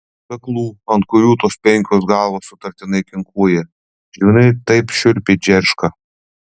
kaklų ant kurių tos penkios galvos sutartinai kinkuoja žvynai taip šiurpiai džerška